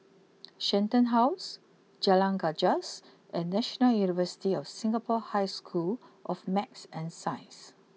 Shenton house Jalan Gajus and National University of Singapore High School of Math and Science